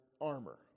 armor